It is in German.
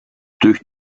durch